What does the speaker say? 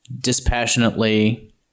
dispassionately